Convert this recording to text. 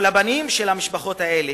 או לבנים של המשפחות האלה,